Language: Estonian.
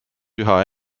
üha